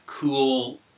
cool